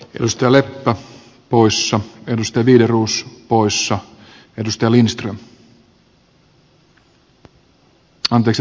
risto ilkka poissa pelistä virus poissa budjetissa olevan